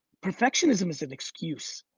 perfectionism is an excuse.